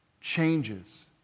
changes